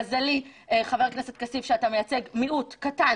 מזלי חבר הכנסת כסיף, שאתה מייצג מיעוט קטן